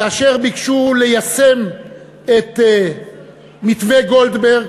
כאשר ביקשו ליישם את מתווה גולדברג,